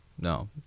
no